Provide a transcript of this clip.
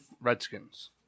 Redskins